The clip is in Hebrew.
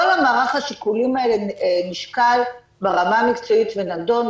כל מערך השיקולים האלה נשקל ברמה המקצועית ונדון,